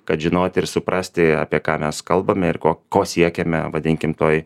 kad žinoti ir suprasti apie ką mes kalbame ir ko ko siekiame vadinkim toj